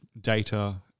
Data